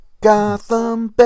Gotham